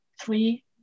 three